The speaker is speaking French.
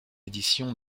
édition